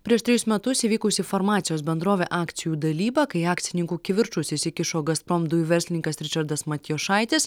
prieš trejus metus įvykusi farmacijos bendrovė akcijų dalyba kai akcininkų kivirčus įsikišo gazprom dujų verslininkas ričardas matijošaitis